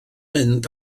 mynd